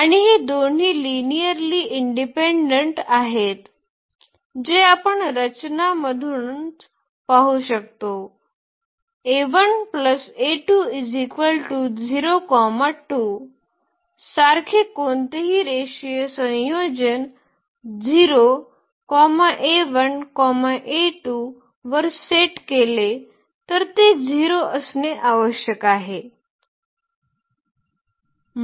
आणि हे दोनही लिनिअर्ली इंडिपेंडंट आहेत जे आपण रचनामधूनच पाहू शकतो 2 सारखे कोणतेही रेषीय संयोजन 0 वर सेट केले तर ते 0 असणे आवश्यक आहे